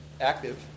active